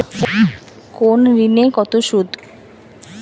কোন ঋণে কত সুদ?